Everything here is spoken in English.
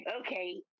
okay